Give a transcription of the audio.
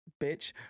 bitch